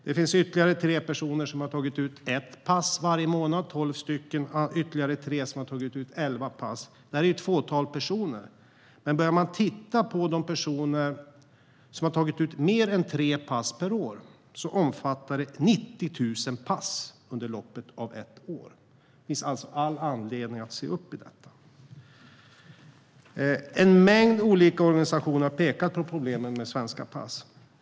Det finns tre personer som har tagit ut ett pass varje månad - tolv stycken på ett år. Ytterligare tre har tagit ut elva pass. Det är ett fåtal personer. Men man kan titta på de personer som har tagit ut mer än tre pass per år. Då handlar det om 90 000 pass under loppet av ett år. Det finns alltså all anledning att se upp med detta. En mängd olika organisationer har pekat på problemen med svenska pass.